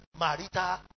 Marita